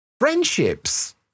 friendships